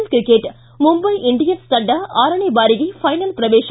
L cricket Mumbai Indians ತಂಡ ಆರನೇ ಬಾರಿಗೆ ಫೈನಲ್ ಪ್ರವೇತ